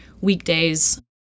weekdays